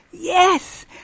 Yes